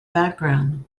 background